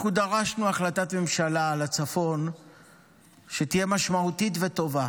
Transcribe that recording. אנחנו דרשנו החלטת ממשלה לצפון שתהיה משמעותית וטובה,